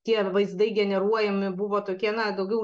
tie vaizdai generuojami buvo tokie na daugiau